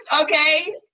okay